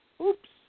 Oops